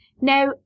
Now